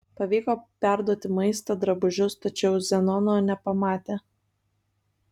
pavyko perduoti maistą drabužius tačiau zenono nepamatė